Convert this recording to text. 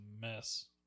mess